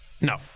No